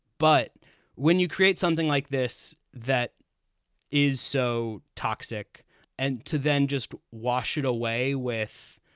but when you create something like this that is so toxic and to then just wash it away with.